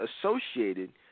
associated